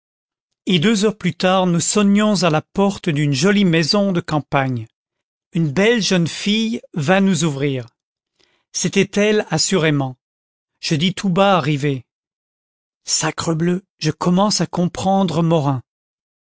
et deux heures plus tard nous sonnions à la porte d'une jolie maison de campagne une belle jeune fille vint nous ouvrir c'était elle assurément je dis tout bas à rivet sacrebleu je commence à comprendre morin